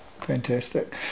fantastic